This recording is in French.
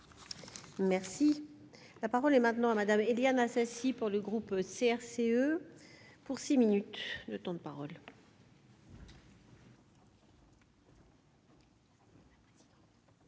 Merci, la parole est maintenant à Madame Éliane Assassi pour le groupe CRCE pour 6 minutes de temps de parole.